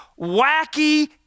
wacky